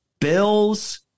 Bills